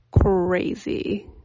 crazy